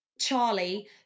Charlie